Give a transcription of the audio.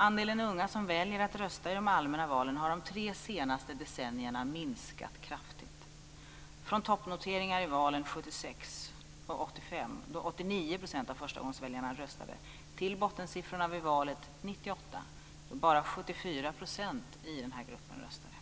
Andelen unga som väljer att rösta i de allmänna valen har under de tre senaste decennierna minskat kraftigt, från toppnoteringarna i valen 1976 och 1985, då 89 % av förstagångsväljarna röstade till bottensiffrorna vid valet 1998, då bara 74 % i denna grupp röstade.